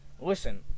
listen